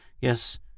Yes